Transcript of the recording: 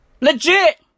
Legit